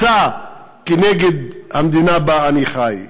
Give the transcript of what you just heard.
כהתרסה נגד המדינה שבה אני חי.